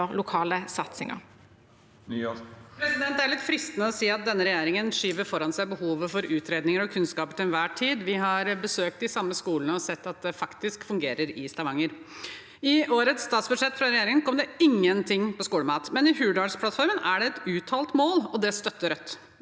gjøre lokale satsinger.